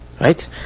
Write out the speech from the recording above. right